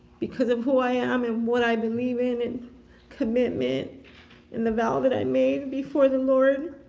because of who i am and what i believe in and commitment and the vow that i made before the lord,